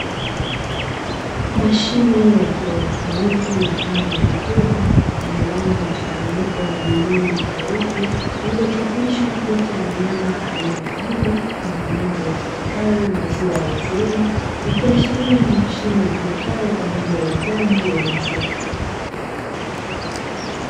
Mashine ya kielektroniki mfano wa jokofu likiwa na rangi ya mchanganyiko ya bluu na nyeupe, iliyochapishwa picha ya mnyama aina ya ng'ombe na maneno yasomekayo "MILK ATM" ikiashiria ni mashine itumikayo kwaajili ya uuzaji wa maziwa.